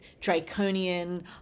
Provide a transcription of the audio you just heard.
draconian